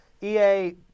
EA